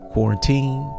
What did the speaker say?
quarantine